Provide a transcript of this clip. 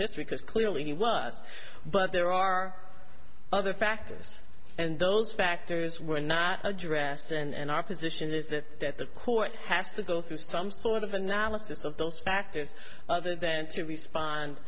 history because clearly he was but there are other factors and those factors were not address then and our position is that the court has to go through some sort of analysis of those factors other than to respond